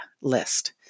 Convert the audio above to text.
list